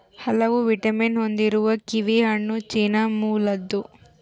ಹಲವು ವಿಟಮಿನ್ ಹೊಂದಿರುವ ಕಿವಿಹಣ್ಣು ಚೀನಾ ಮೂಲದ್ದು